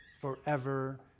forever